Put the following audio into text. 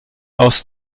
aus